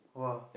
!wah!